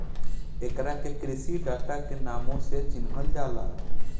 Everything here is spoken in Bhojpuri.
एकरा के कृषि डाटा के नामो से चिनहल जाला